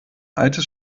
altes